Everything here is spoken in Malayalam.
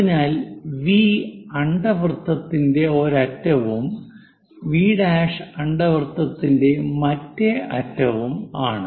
അതിനാൽ വി അണ്ഡവൃത്തത്തിന്റെ ഒരറ്റവും വി' V' അണ്ഡവൃത്തത്തിന്റെ മറ്റേ അറ്റവുമാണ്